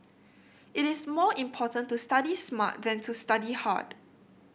it is more important to study smart than to study hard